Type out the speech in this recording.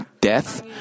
death